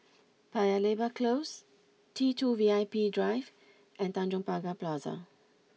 Paya Lebar Close T two V I P Drive and Tanjong Pagar Plaza